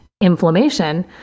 inflammation